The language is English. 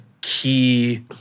key